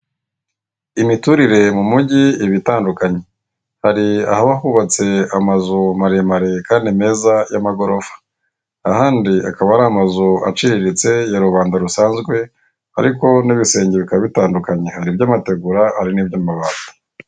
Imiturire mu mujyi iba itandukanye hari ahaba hubatse amazu mareremare kandi meza y'amagorofa, ahandi akaba ari amazu aciriritse ya rubanda rusanzwe ariko n'ibisenge bikaba bitandukanye hari ib'amategura hari n'iby'amabati.